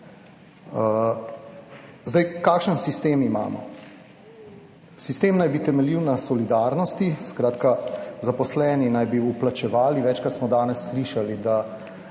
Zdaj, kakšen sistem imamo? Sistem naj bi temeljil na solidarnosti, skratka, zaposleni naj bi vplačevali, večkrat smo danes slišali, da